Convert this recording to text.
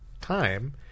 time